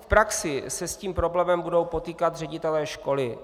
V praxi se s problémem budou potýkat ředitelé školy.